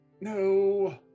No